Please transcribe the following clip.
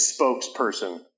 spokesperson